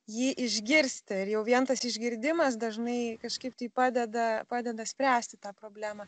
jį išgirsti ir jau vien tas išgirdimas dažnai kažkaip tai padeda padeda spręsti tą problemą